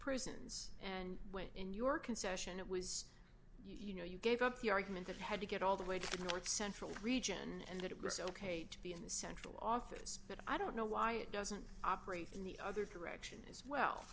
prisons and when in your concession it was you know you gave up the argument that had to get all the way to the north central region and it was ok to be in central office but i don't know why it doesn't operate in the other direction as well